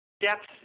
depth